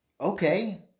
Okay